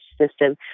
system